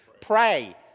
Pray